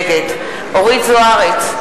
נגד אורית זוארץ,